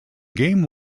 game